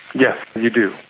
yes, you do,